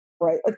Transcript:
right